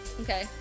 Okay